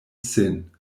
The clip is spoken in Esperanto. sin